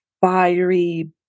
fiery